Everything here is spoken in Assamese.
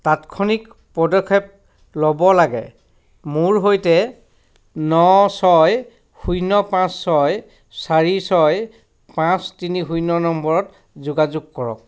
তাৎক্ষণিক পদক্ষেপ ল'ব লাগে মোৰ সৈতে ন ছয় শূন্য পাঁচ ছয় চাৰি ছয় পাঁচ তিনি শূন্য নম্বৰত যোগাযোগ কৰক